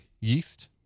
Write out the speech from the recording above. yeast